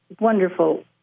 wonderful